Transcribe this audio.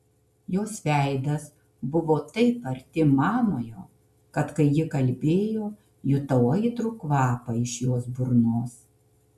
jos veidas buvo taip arti manojo kad kai ji kalbėjo jutau aitrų kvapą iš jos burnos